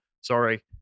Sorry